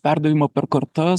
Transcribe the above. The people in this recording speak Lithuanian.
perdavimą per kartas